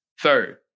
Third